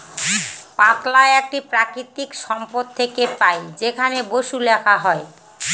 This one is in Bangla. পাতলা একটি প্রাকৃতিক সম্পদ থেকে পাই যেখানে বসু লেখা হয়